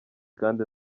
kandi